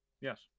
Yes